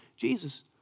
Jesus